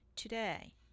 Today